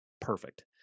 perfect